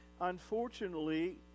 unfortunately